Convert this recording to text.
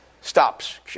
stops